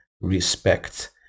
respect